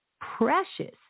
precious